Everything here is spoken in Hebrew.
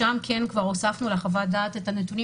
שם כן כבר הוספנו לחוות הדעת את הנתונים